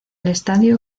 estadio